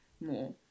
more